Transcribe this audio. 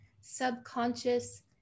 subconscious